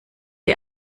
die